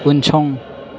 उनसं